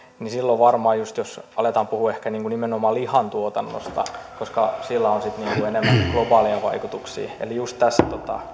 niin silloin varmaan just aletaan puhua ehkä nimenomaan lihantuotannosta koska siellä on sitten enemmän globaaleja vaikutuksia eli just tässä